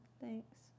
thanks